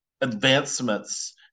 advancements